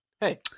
hey